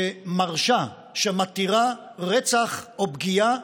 שמרשה, שמתירה, רצח או פגיעה